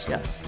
Yes